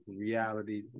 reality